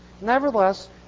nevertheless